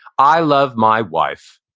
i love my wife.